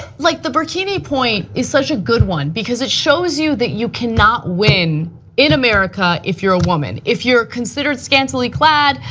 like the burkini point is such a good one, because it shows you that you cannot win in america if you are a woman. if you are scantily clad,